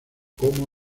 como